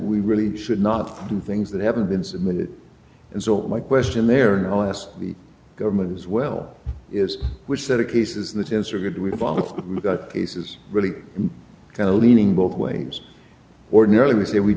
we really should not do things that haven't been submitted and so my question there now ask the government as well is which set of cases that answer good we've all got cases really kind of leaning both ways ordinarily we say we